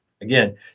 Again